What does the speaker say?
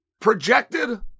projected